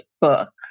book